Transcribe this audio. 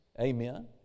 Amen